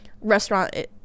restaurant